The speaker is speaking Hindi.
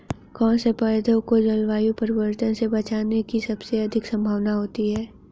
कौन से पौधे को जलवायु परिवर्तन से बचने की सबसे अधिक संभावना होती है?